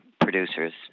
producers